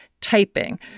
typing